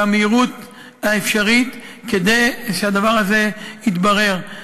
במהירות האפשרית, כדי שהדבר הזה יתברר.